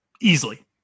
Easily